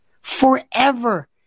forever